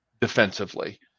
defensively